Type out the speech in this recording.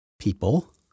people